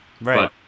right